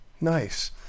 Nice